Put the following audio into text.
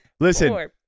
Listen